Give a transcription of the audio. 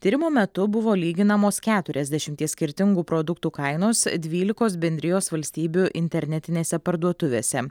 tyrimo metu buvo lyginamos keturiasdešimties skirtingų produktų kainos dvylikos bendrijos valstybių internetinėse parduotuvėse